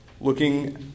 looking